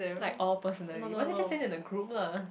like all personally might as well just send in the group lah